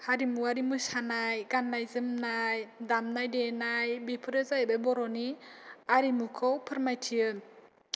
हारिमुवारि मोसानाय गाननाय जोमनाय दामनाय देनाय बेफोरो जाहैबाय बर'नि आरिमुखौ फोरमायथियो